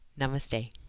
Namaste